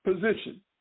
position